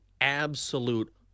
absolute